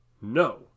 No